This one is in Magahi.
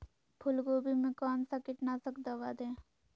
फूलगोभी में कौन सा कीटनाशक दवा दे?